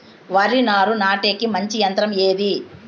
వరి నారు నాటేకి మంచి యంత్రం ఏది?